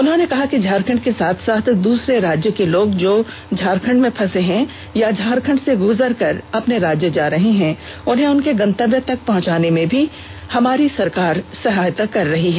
उन्होंने कहा कि झारखंड के साथ साथ दूसरे राज्य के लोग जो झारखण्ड में फंसे है अथवा झारखंड से गुजर कर अपने राज्य जा रहे है उन्हें उनके गंतव्य तक पहुंचने में भी हमारी सरकार सहायता कर रही है